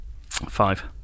Five